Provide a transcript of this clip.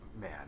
man